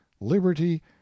liberty